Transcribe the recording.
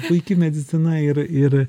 puiki medicina ir ir